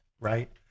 right